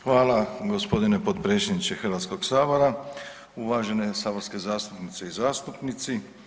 Hvala gospodine potpredsjedniče Hrvatskog sabora, uvažene saborske zastupnice i zastupnici.